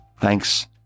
Thanks